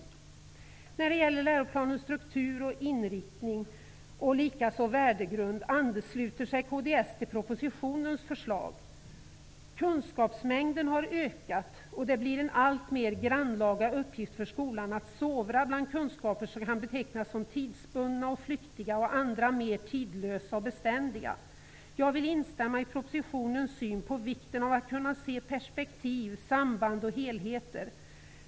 När det gäller läroplanens struktur och inriktning samt värdegrund ansluter sig kds till propositionens förslag. Kunskapsmängden har ökat, och det blir en alltmer grannlaga uppgift för skolan att sovra bland kunskaper som kan betecknas som tidsbundna och flyktiga till skillnad från andra, mer tidlösa och beständiga. Jag vill instämma i vad som i propositionen sägs om vikten av att kunna se perspektiv, samband och helheter.